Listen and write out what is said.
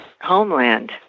homeland